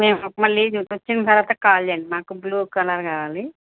మేము మళ్ళీ అది వచ్చిన తర్వాత కాల్ చేయండి మాకు బ్లూ కలర్ కావాలి